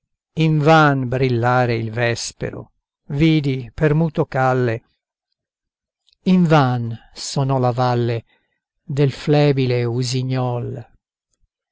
invan brillare il vespero vidi per muto calle invan sonò la valle del flebile usignol